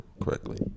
correctly